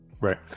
right